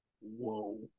whoa